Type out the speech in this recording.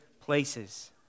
places